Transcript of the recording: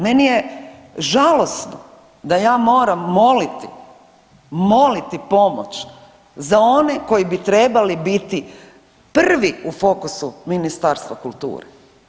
Meni je žalosno da ja moram moliti, moliti pomoć za one koji bi trebali biti prvi u fokusu Ministarstva kulture.